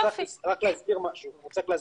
אני רוצה להזכיר משהו.